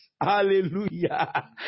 Hallelujah